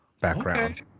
background